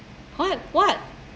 what what